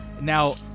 now